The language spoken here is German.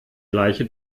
gleiche